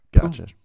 gotcha